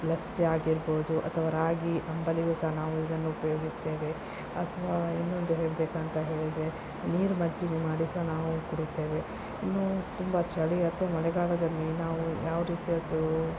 ಲಸ್ಸಿಯಾಗಿರಬಹುದು ಅಥವಾ ರಾಗಿ ಅಂಬಲಿಯೂ ಸಹ ನಾವು ಇದನ್ನು ಉಪಯೋಗಿಸ್ತೇವೆ ಅಥವಾ ಇನ್ನೊಂದು ಹೇಳಬೇಕಂತ ಹೇಳಿದರೆ ನೀರು ಮಜ್ಜಿಗೆ ಮಾಡಿ ಸಹ ನಾವು ಕುಡಿತೇವೆ ಇನ್ನು ತುಂಬ ಚಳಿ ಅಥವಾ ಮಳೆಗಾಲದಲ್ಲಿ ನಾವು ಯಾವ ರೀತಿಯದ್ದು